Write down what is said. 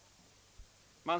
kungaskrivelsen?